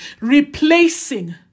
replacing